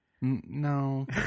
No